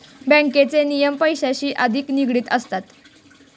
बँकेचे नियम पैशांशी अधिक निगडित असतात